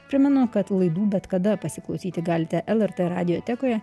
primenu kad laidų bet kada pasiklausyti galite lrt radiotekoje